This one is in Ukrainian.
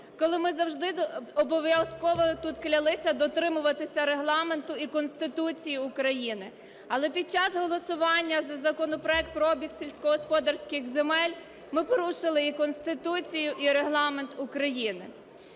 Коли ми завжди обов'язково тут клялися дотримуватись Регламенту і Конституції України, але під час голосування за законопроект про обіг сільськогосподарських земель ми порушили і Конституцію, і Регламент України,